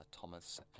Thomas